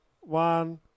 One